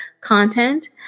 content